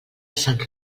sant